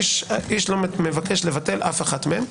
איש לא מבקש לבטל אף לא אחת מהן.